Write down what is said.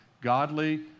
godly